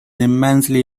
immensely